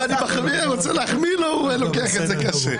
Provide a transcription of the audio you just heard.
צריך לומר, א', הם באמת